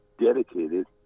dedicated